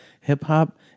hip-hop